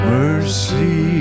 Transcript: mercy